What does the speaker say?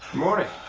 morning.